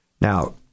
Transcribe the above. Now